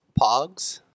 pogs